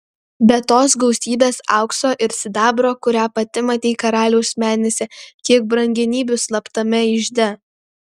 be tos gausybės aukso ir sidabro kurią pati matei karaliaus menėse kiek brangenybių slaptame ižde